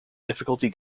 difficulty